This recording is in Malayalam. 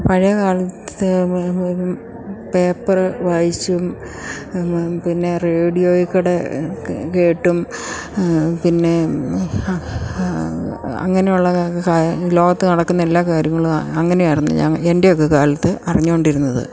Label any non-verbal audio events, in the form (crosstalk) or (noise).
പഴയ കാലത്ത് (unintelligible) പേപ്പറ് വായിച്ചും പിന്നെ റേഡിയോയിൽക്കൂടെ കേട്ടും പിന്നെ അങ്ങനെയുള്ള ലോകത്ത് നടക്കുന്ന എല്ലാ കാര്യങ്ങളും അങ്ങനെയായിരുന്നു ഞാൻ എൻ്റെ ഒക്കെ കാലത്ത് അറിഞ്ഞുകൊണ്ടിരുന്നത്